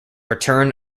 return